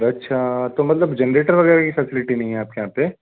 अच्छा तो मतलब जेनरेटर वग़ैरह की फैसिलिटी नहीं है आपके यहाँ पर